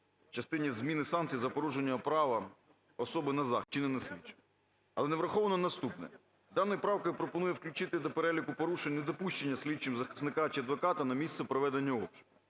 частині зміни санкцій за порушення права особи на захист, вчинене слідчим. Але не враховано наступне. Дана правка пропонує включити до переліку порушень недопущення слідчим захисника чи адвоката на місце проведення обшуку.